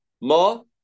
more